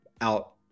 out